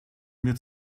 mir